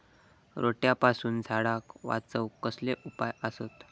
रोट्यापासून झाडाक वाचौक कसले उपाय आसत?